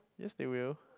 yes they will